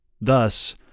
Thus